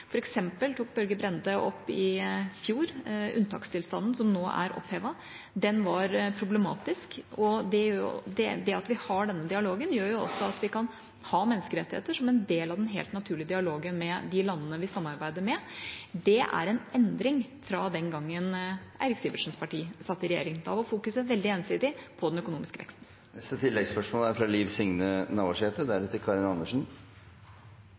tok Børge Brende i fjor opp unntakstilstanden, som nå er opphevet. Den var problematisk. Det at vi har denne dialogen, gjør også at vi kan ha menneskerettigheter som en del av den helt naturlige dialogen med de landene vi samarbeider med. Det er en endring fra den gangen Eirik Sivertsens parti satt i regjering. Da var det fokusert veldig ensidig på den økonomiske veksten.